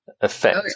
effect